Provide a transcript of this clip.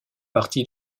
parti